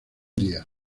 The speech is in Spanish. día